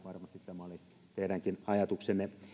varmasti tämä oli teidänkin ajatuksenne